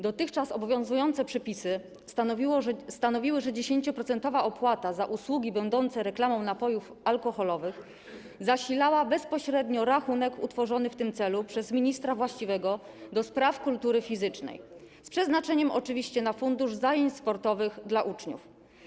Dotychczas obowiązujące przepisy stanowiły, że 10-procentowa opłata za usługi będące reklamą napojów alkoholowych zasilała bezpośrednio rachunek utworzony w tym celu przez ministra właściwego do spraw kultury fizycznej, oczywiście z przeznaczeniem na Fundusz Zajęć Sportowych dla Uczniów.